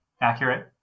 accurate